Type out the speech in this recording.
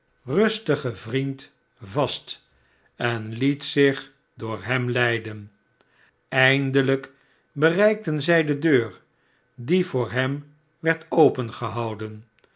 rustigen vriend vast en liet zich door hem leiden eindelijk bereikten zij de deur die voor hen werd